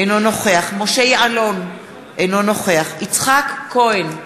אינו נוכח משה יעלון, אינו נוכח יצחק כהן,